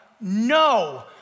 no